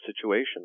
situation